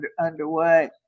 underway